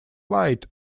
light